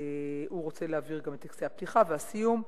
הוא רוצה להעביר גם את טקסי הפתיחה והסיום.